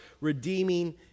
redeeming